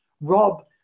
Rob